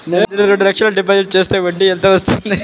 నేను రెండు లక్షల డిపాజిట్ చేస్తే వడ్డీ ఎంత వస్తుంది?